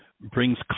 brings